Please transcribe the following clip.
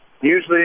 usually